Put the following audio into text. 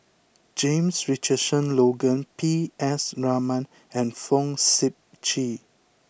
James Richardson Logan P S Raman and Fong Sip Chee